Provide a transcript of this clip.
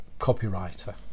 copywriter